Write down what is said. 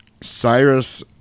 Cyrus